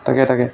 তাকে তাকে